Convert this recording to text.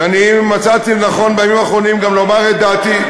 ואני מצאתי לנכון בימים האחרונים גם לומר את דעתי,